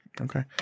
Okay